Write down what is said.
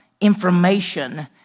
information